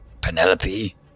Penelope